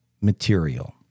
material